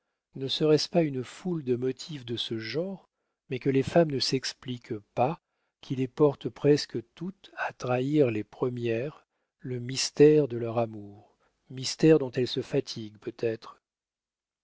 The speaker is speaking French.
ne serait-ce pas une foule de motifs de ce genre mais que les femmes ne s'expliquent pas qui les porte presque toutes à trahir les premières le mystère de leur amour mystère dont elles se fatiguent peut-être